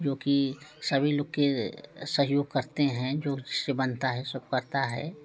जो कि सभी लोग के सहयोग करते हैं जो जिससे बनता है सो करता है